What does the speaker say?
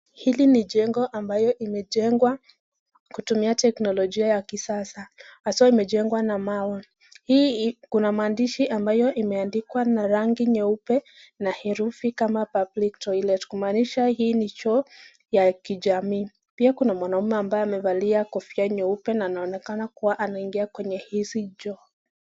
Hili ni jengo ambayo imejengwa kutumia teknologia ya kisasa haswa imejemgwa na mawe hii kuna maandishi ambayo imeandikwa na rangi nyeupe na herusi kama [public toilet] kumaanisha hii ni choo ya kijamii. Pia kuna mwanaume ambaye amevalia kofia nyeupe na anaonekana kuwa anaingia kwenye hizi choo.